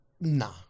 Nah